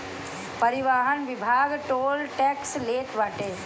परिवहन विभाग toll tax लेत बाटे